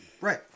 Right